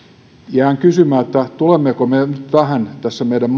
jään kysymään tulemmeko me tässä meidän